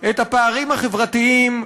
את הפערים החברתיים,